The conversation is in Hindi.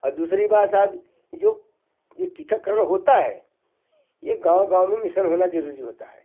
और दूसरी बात साहब ये जो जो टीकाकरण होता है ये गाँव गाँव में मिसन होना ज़रूरी होता है